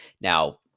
Now